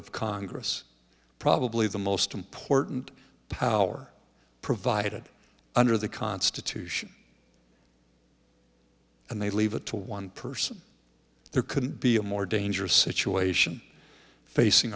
of congress probably the most important power provided under the constitution and they leave it to one person there can be a more dangerous situation facing